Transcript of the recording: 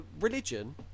Religion